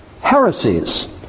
heresies